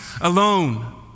alone